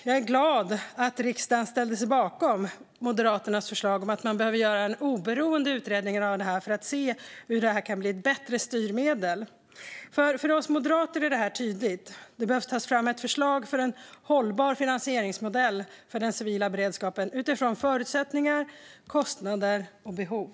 Jag är glad över att riksdagen ställde sig bakom Moderaternas förslag om en oberoende utredning av detta för att se hur det kan bli ett bättre styrmedel. För oss moderater är det tydligt att det behöver tas fram ett förslag på en hållbar finansieringsmodell för den civila beredskapen utifrån förutsättningar, kostnader och behov.